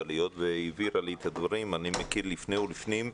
אבל היות והיא הבהירה לי את הדברים אני מכיר לפני ולפנים.